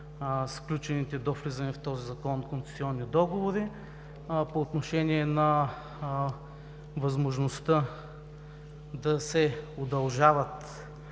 сключените до влизане в сила на този Закон концесионни договори по отношение на възможността да се удължават